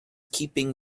keeping